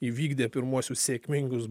įvykdė pirmuosius sėkmingus